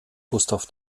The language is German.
gustav